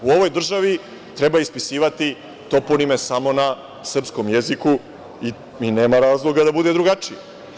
U ovoj državi treba ispisivati toponime samo na srpskom jeziku i nema razloga da bude drugačije.